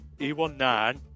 E19